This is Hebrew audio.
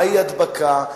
מהי הדבקה,